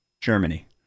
Germany